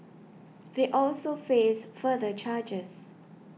they also face further charges